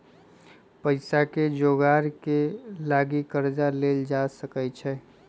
पइसाके जोगार के लागी कर्जा लेल जा सकइ छै